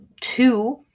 Two